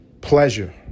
Pleasure